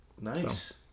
Nice